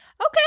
okay